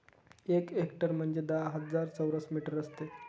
एक हेक्टर म्हणजे दहा हजार चौरस मीटर असते